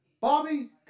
Bobby